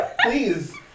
Please